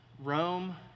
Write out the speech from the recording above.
Rome